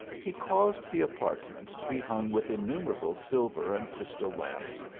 he caused the apartments to be hung with in numerable silver and crystal lamps,